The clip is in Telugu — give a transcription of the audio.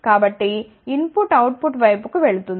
కాబట్టి ఇన్ పుట్ అవుట్ పుట్ వైపుకు వెళుతుంది